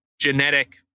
genetic